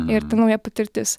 ir ta nauja patirtis